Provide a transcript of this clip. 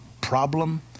problem